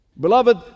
Beloved